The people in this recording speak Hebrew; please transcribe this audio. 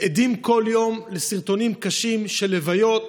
עדים כל יום לסרטונים קשים של לוויות,